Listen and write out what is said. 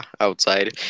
outside